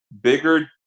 bigger